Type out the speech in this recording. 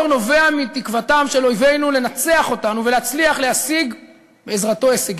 הטרור נובע מתקוותם של אויבינו לנצח אותנו ולהצליח להשיג בעזרתו הישגים.